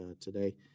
today